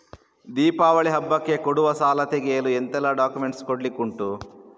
ದೀಪಾವಳಿ ಹಬ್ಬಕ್ಕೆ ಕೊಡುವ ಸಾಲ ತೆಗೆಯಲು ಎಂತೆಲ್ಲಾ ಡಾಕ್ಯುಮೆಂಟ್ಸ್ ಕೊಡ್ಲಿಕುಂಟು?